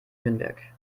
nürnberg